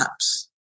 apps